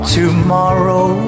tomorrow